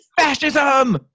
fascism